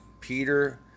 Peter